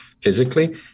physically